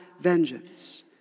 vengeance